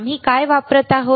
आम्ही काय वापरत आहोत